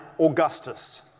Augustus